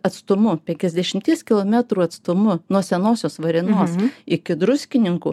atstumu penkiasdešimties kilometrų atstumu nuo senosios varėnos iki druskininkų